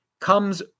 comes